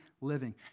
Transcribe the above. living